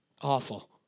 awful